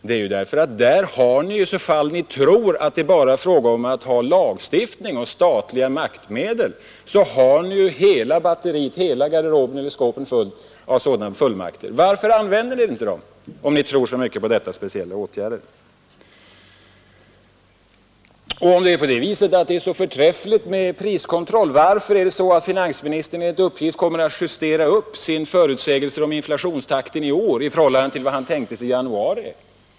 Det har jag gjort därför att om ni tror att det bara är fråga om att ha lagstiftning och statliga maktmedel, så har ni ju hela skåpet fullt med sådana fullmakter i dessa fall. Varför använder ni inte dem, om ni tror så mycket på dessa speciella åtgärder? Om det är så förträffligt med priskontroll, varför är det då så att finansministern enligt uppgift kommer att justera upp sina förutsägelser om inflationstakten i år i förhållande till vad han tänkte sig i januari?